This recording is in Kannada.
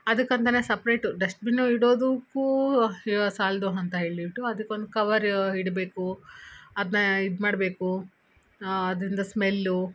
ಅದಕ್ಕೆ ಅಂತ ಸಪ್ರೇಟು ಡಸ್ಟ್ಬಿನ್ನು ಇಡೋದುಕ್ಕೂ ಸಾಲದು ಅಂತ ಹೇಳಿ ಇಟ್ಟು ಅದಕ್ಕೊಂದು ಕವರ್ ಇಡ್ಬೇಕು ಅದ್ನ ಇದ್ಮಾಡಬೇಕು ಅದರಿಂದ ಸ್ಮೆಲ್ಲು